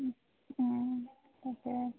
তাকে